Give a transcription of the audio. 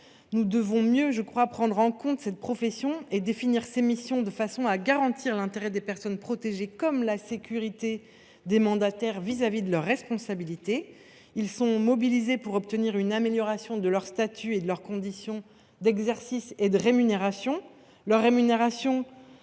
Nous devons mieux prendre en compte cette profession et définir ses missions de façon à garantir l’intérêt des personnes protégées comme la sécurité des mandataires en termes de responsabilité. Ils sont mobilisés pour obtenir une amélioration de leur statut, de leurs conditions d’exercice et de leur rémunération.